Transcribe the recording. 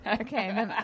Okay